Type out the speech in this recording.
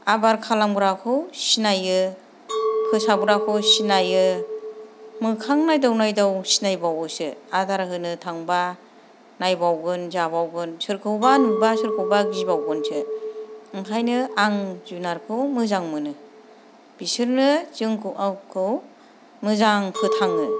आबोर खालामग्राखौ सिनायो फोसाबग्राखौ सिनायो मोखां नायदाव नायदाव सिनायबावोसो आदार होनो थांब्ला नायबावगोन जाबावगोन सोरखौबा नुब्ला सोरखौबा गिबावगोनसो ओंखायनो आं जुनारखौ मोजां मोनो बिसोरनो जोंखौ आंखौ मोजां फोथाङो